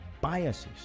biases